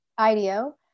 IDEO